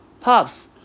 Pops